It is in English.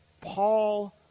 Paul